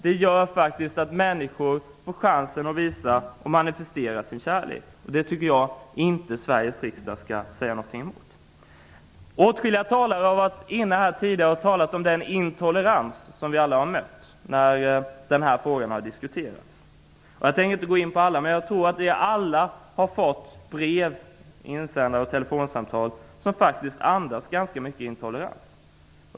Det gör faktiskt att människor får chansen att visa och manifestera sin kärlek. Det tycker jag inte Sveriges riksdag skall ha något emot. Åtskilliga talare har tidigare talat om den intolerans som vi alla har mött när den här frågan har diskuterats. Jag tror att vi alla har fått brev och telefonsamtal som faktiskt andas ganska mycket intolerans.